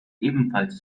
ebenfalls